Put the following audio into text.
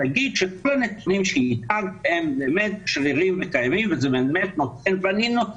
להגיד שכל הנתונים שהצגתם באמת שרירים וקיימים וזה באמת נותן ואני,